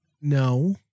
No